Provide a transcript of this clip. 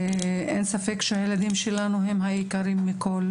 אין ספק שהילדים שלנו הם יקרים מכול,